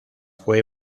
fue